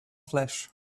flesh